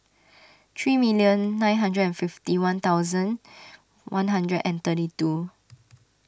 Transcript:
three million nine hundred and fifty one thousand one hundred and thirty two